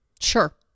Sure